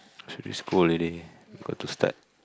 is already school holiday got to start